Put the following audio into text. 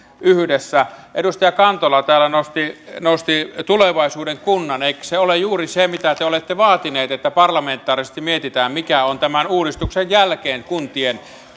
yhdessä edustaja kantola täällä nosti nosti tulevaisuuden kunnan eikö se ole juuri se mitä te olette vaatineet että parlamentaarisesti mietitään mikä on tämän uudistuksen jälkeen kuntien